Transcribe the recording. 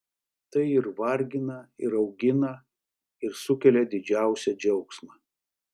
tai ir vargina ir augina ir sukelia didžiausią džiaugsmą